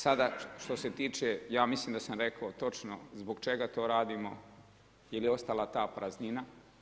Sada što se tiče ja mislim da sam rekao točno zbog čega to radimo jer je ostala ta praznina.